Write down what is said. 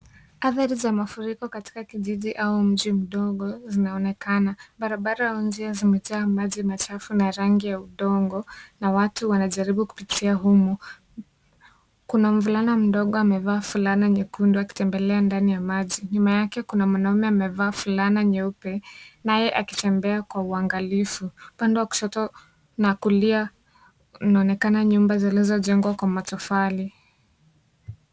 Athari za mafuriko katika kijiji au mji mdogo zinaonekana, barabara ya mji zimejaa maji machafu na rangi ya udongo na watu wanajaribu kupitia humo kuna mvulana mdogo amevaa fulana nyekundu akitembea ndani ya maji, nyuma yake kuna mwanaume amevaa fulana nyeupe naye akitembea kwa uangalifu upande wa kushoto na kulia inaonekana nyumba zilizojengwa kwa matofali.